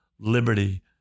liberty